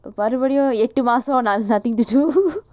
மறுபடியும் எட்டு மாசம்:marubadiyum ettu maasam nothing to do